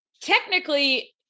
technically